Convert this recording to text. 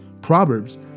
Proverbs